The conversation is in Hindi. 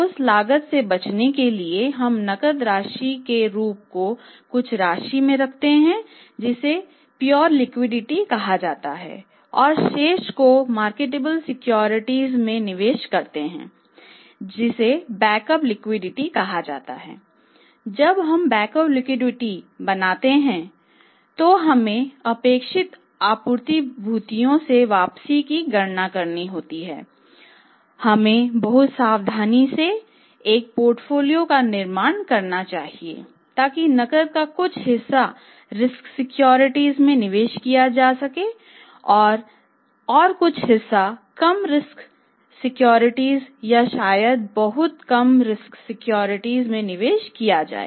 उस लागत से बचने के लिए हम नकद राशि के रूप में कुछ राशि रखते हैं जिसे शुद्ध लिक्विडिटी में निवेश किया जाए